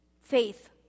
faith